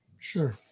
sure